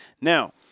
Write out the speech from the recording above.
Now